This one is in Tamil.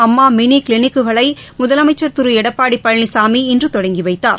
அம்மாமினிகிளினிக்குகளைமுதலமைச்சர் திருஎடப்பாடிபழனிசாமி இன்றுதொடங்கிவைத்தார்